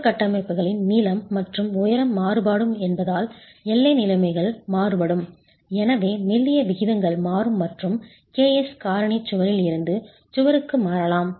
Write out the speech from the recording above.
சுவர் கட்டமைப்புகளின் நீளம் மற்றும் உயரம் மாறுபடும் என்பதால் எல்லை நிலைமைகள் மாறுபடும் எனவே மெல்லிய விகிதங்கள் மாறும் மற்றும் ks காரணி சுவரில் இருந்து சுவருக்கு மாறலாம்